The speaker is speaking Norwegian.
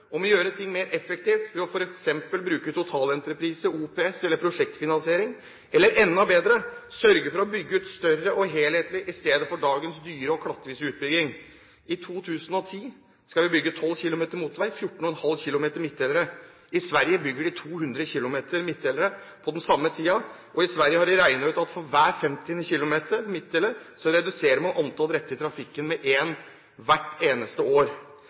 om å gjøre ting mer effektivt ved f.eks. å bruke totalentreprise, OPS eller prosjektfinansiering, eller enda bedre, sørge for å bygge ut større og helhetlig i stedet for dagens dyre og klattvise utbygging. I 2010 skal vi bygge 12 km motorvei og 14,5 km midtdelere. I Sverige bygger de 200 km midtdelere på den samme tiden, og der har de regnet ut at for hver 50 km midtdelere reduserer man antall drepte i trafikken med én hvert eneste år.